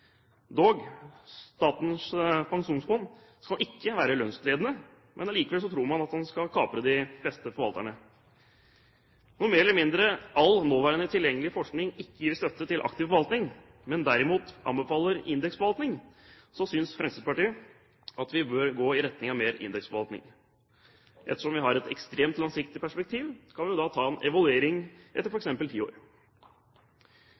Dog: Statens pensjonsfond skal ikke være lønnsledende, men allikevel tror man at man skal kapre de beste forvalterne. Når mer eller mindre all nåværende tilgjengelig forskning ikke gir støtte til aktiv forvaltning, men derimot anbefaler indeksforvaltning, synes Fremskrittspartiet vi bør gå i retning av mer indeksforvaltning. Ettersom vi har et ekstremt langsiktig perspektiv, kan vi jo ta en evaluering etter